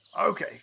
Okay